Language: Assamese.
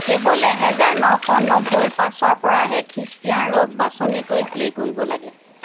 কেৱল এহেজাৰ নশ নব্বৈৰ পাছৰ পৰাহে খ্ৰীষ্টিয়ান ৰক বাছনি কৰি প্লে' কৰিব লাগে